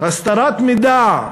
הסתרת מידע,